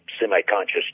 semi-conscious